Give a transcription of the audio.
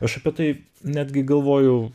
aš apie tai netgi galvoju